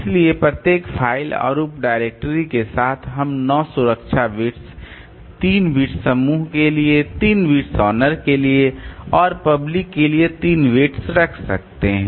इसलिए प्रत्येक फ़ाइल और उप डायरेक्टरी के साथ हम नौ सुरक्षा बिट्स तीन बिट्स समूह के लिए तीन बिट्स ओनर के लिए और पब्लिक के लिए तीन बिट्स रख सकते हैं